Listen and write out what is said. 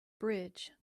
bridge